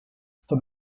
for